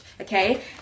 Okay